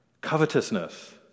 covetousness